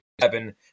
seven